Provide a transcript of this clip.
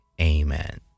Amen